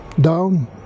down